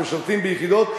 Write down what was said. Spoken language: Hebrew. אנחנו משרתים ביחידות,